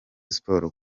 sport